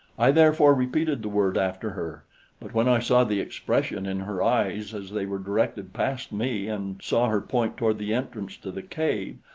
i therefore repeated the word after her but when i saw the expression in her eyes as they were directed past me and saw her point toward the entrance to the cave,